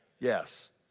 Yes